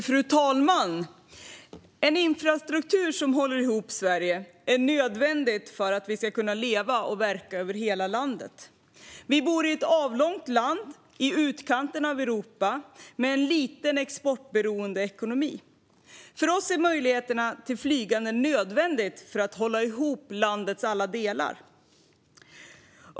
Fru talman! En infrastruktur som håller ihop Sverige är nödvändig för att vi ska kunna leva och verka över hela landet. Vi bor i ett avlångt land i utkanten av Europa, med en liten, exportberoende ekonomi. För oss är flygande nödvändigt för att hålla ihop landets alla delar.